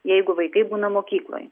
jeigu vaikai būna mokykloj